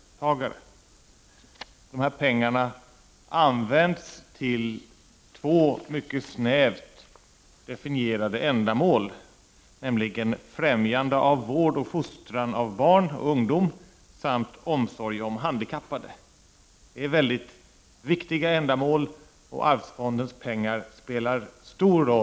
Fondens pengar används till två mycket snävt definierade ändamål, nämligen främjande av vård och fostran av barn och ungdom samt omsorg om handi kappade. Det är mycket viktiga ändamål, och arvsfondens pengar spelar stor — Prot.